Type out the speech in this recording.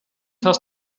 hast